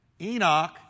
Enoch